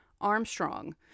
Armstrong